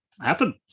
happen